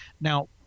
Now